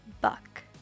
buck